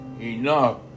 enough